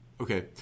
okay